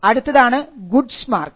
അടുത്തത് goods marks